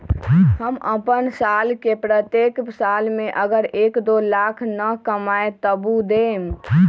हम अपन साल के प्रत्येक साल मे अगर एक, दो लाख न कमाये तवु देम?